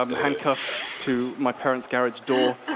um handcuffed to my parent's garage door,